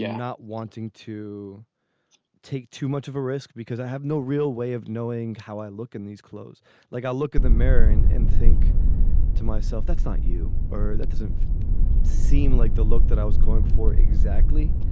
yeah not wanting to take too much of a risk because i have no real way of knowing how i look in these clothes like i look at the mirror and and think to myself, that's not you or that doesn't seem like the look that i was going for. exactly.